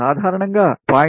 సాధారణంగా 0